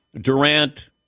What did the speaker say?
Durant